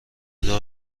دار